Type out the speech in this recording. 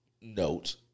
note